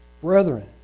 brethren